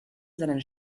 seinen